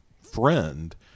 friend